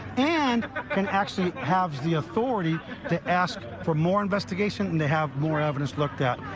and can actually and have the authority to ask for more investigation and have more evidence looked at,